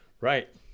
Right